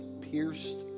pierced